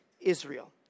Israel